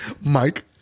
Mike